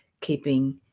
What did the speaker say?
keeping